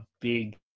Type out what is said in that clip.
big